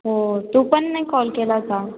हो तू पण नाही कॉल केला का